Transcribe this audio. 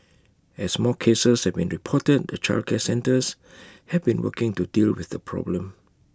as more cases have been reported the childcare centres have been working to deal with the problem